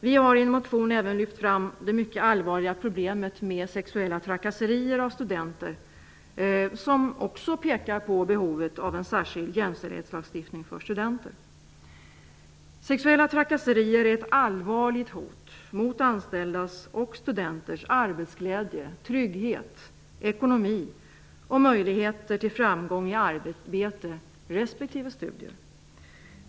Vi har i en motion även lyft fram det mycket allvarliga problemet med sexuella trakasserier av studenter, vilket också pekar på behovet av en särskild jämställdhetslagstiftning för studenter. Sexuella trakasserier är ett allvarligt hot mot anställdas och studenters arbetsglädje, trygghet, ekonomi och möjligheter till framgång i arbete respektive studier.